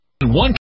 one